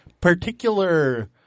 particular